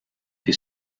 fait